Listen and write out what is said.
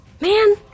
Man